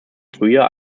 frühjahr